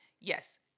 yes